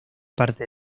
parte